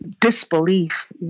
disbelief